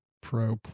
Pro